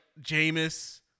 Jameis –